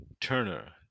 Turner